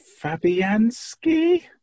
Fabianski